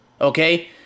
okay